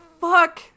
fuck